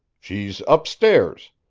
she's up stairs.